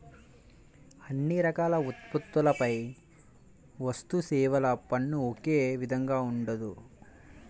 అన్ని రకాల ఉత్పత్తులపై వస్తుసేవల పన్ను ఒకే విధంగా ఉండదు